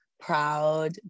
proud